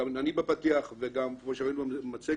גם אני בפתיח וגם כמו שראינו במצגת,